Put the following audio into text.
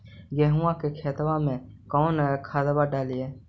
गेहुआ के खेतवा में कौन खदबा डालिए?